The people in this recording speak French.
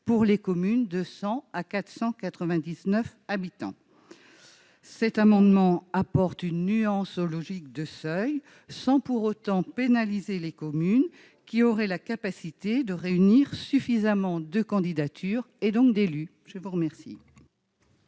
pour les communes de 100 à 499 habitants cet amendement apporte une nuance au logique de seuil sans pour autant pénaliser les communes qui aurait la capacité de réunir suffisamment de candidatures et donc d'élus, je vous remercie.